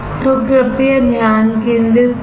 तो कृपया ध्यान केंद्रित करें